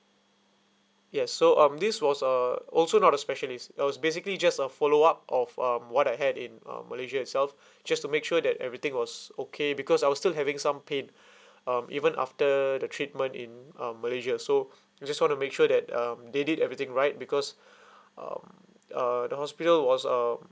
yes so um this was a also not a specialist it was basically just a follow up of um what I had in uh malaysia itself just to make sure that everything was okay because I was still having some pain um even after the treatment in um malaysia so I just want to make sure that um they did everything right because um uh the hospital was um